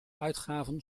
uitgaven